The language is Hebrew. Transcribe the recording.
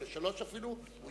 או אפילו ל-3,